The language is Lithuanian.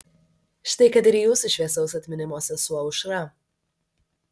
štai kad ir jūsų šviesaus atminimo sesuo aušra